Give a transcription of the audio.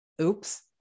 oops